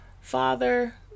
father